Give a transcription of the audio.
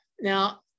Now